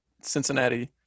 Cincinnati